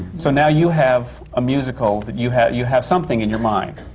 so now you have a musical. you have you have something in your mind,